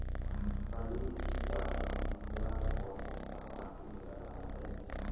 फल्ली ल हमला कौन सा माटी मे लगाना चाही?